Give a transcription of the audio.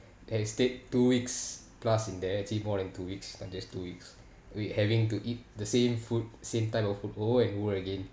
I stayed two weeks plus in there actually more than two weeks not just two weeks we having to eat the same food same type of food over and over again